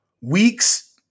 weeks